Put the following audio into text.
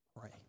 Pray